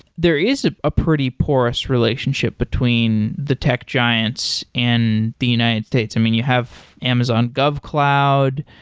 there is a pretty porous relationship between the tech giants and the united states. i mean, you have amazon govcloud,